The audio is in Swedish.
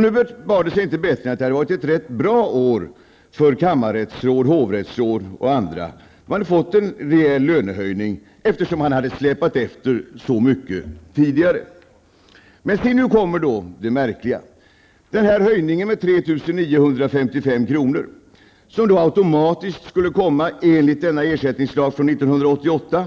Nu bar det sig inte bättre än att det hade varit ett rätt bra år för kammarrättsråd, hovrättsråd och andra. De hade fått en rejäl lönehöjning, eftersom de hade släpat efter så mycket tidigare. Men se, nu kommer det märkliga. Den här höjningen med 3 955 kr., som automatiskt skulle komma enligt ersättningslagen från 1988,